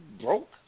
broke